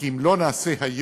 כי אם לא נעשה היום,